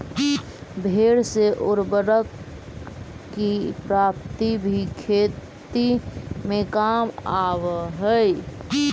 भेंड़ से उर्वरक की प्राप्ति भी खेती में काम आवअ हई